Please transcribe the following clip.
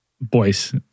Boys